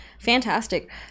fantastic